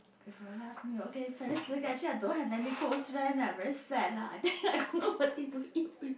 for your last meal okay frankly speaking actually I don't have any close friend eh very sad lah I think I got nobody to eat with